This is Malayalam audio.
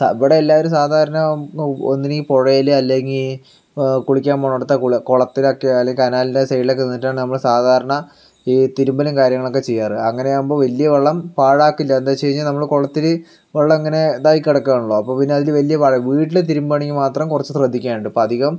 ഇവിടെ എല്ലാവരും സാധാരണ ഒന്നുമില്ലെങ്കിൽ പുഴയിൽ അല്ലെങ്കിൽ കുളിക്കാൻ പോണിടത്ത് കുളത്തിലൊക്കെ അല്ലെങ്കിൽ കനാലിൻ്റെ സൈഡിൽ ഒക്കെ നിന്നിട്ടാണ് നമ്മൾ സാധാരണ ഈ തിരുമ്പലും കാര്യങ്ങളൊക്കെ ചെയ്യാറ് അങ്ങനെയാകുമ്പോൾ വലിയ വെള്ളം പാഴാകില്ല എന്ന് വെച്ച് കഴിഞ്ഞാൽ നമ്മൾ കുളത്തിൽ വെള്ളം ഇങ്ങനെ ഇതായി കിടക്കുകയാണല്ലോ അപ്പോൾ പിന്നെ അതിൽ വലിയ വീട്ടിൽ തിരുമ്പണമെങ്കിൽ മാത്രം കുറച്ച് ശ്രദ്ധിക്കേണ്ടു ഇപ്പം അധികം